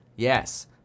Yes